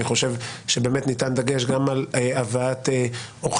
אני חושב שבאמת ניתן דגש גם על הבאת עורכי